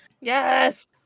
Yes